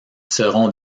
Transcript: seront